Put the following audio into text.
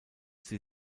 sie